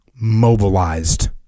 mobilized